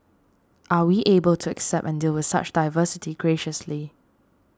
are we able to accept and deal with such diversity graciously